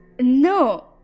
No